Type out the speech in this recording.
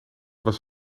was